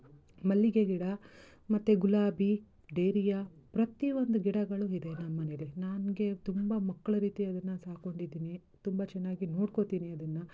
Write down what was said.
ಮಲ್ಲಿಗೆ ಗಿಡ ಮತ್ತು ಗುಲಾಬಿ ಡೇರಿಯಾ ಪ್ರತಿಯೊಂದು ಗಿಡಗಳು ಇದೆ ನಮ್ಮನೇಲಿ ನನ್ಗೆ ತುಂಬ ಮಕ್ಳು ರೀತಿ ಅದನ್ನು ಸಾಕೊಂಡಿದ್ದೀನಿ ತುಂಬ ಚೆನ್ನಾಗಿ ನೋಡ್ಕೊಳ್ತೀನಿ ಅದನ್ನು